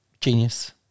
genius